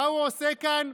מה הוא עושה כאן?